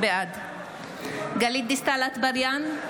בעד גלית דיסטל אטבריאן,